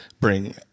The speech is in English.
bring